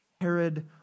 Herod